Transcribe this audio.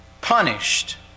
punished